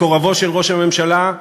מקורבו של ראש הממשלה,